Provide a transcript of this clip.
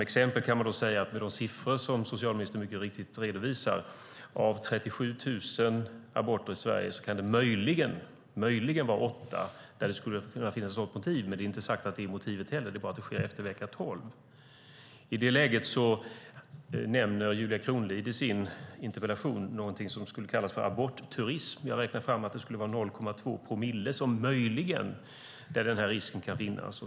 Socialministern redovisar mycket riktigt att av de 37 000 aborterna i Sverige kan det möjligen vara 8 där det skulle kunna finnas något motiv. Men det är inte sagt att det finns något motiv, det är bara att det sker efter vecka tolv. I detta läge nämner Julia Kronlid i sin interpellation någonting som hon kallar för abortturism. Jag räknar fram att det skulle vara i fråga om 0,2 promille där denna risk möjligen kan finnas.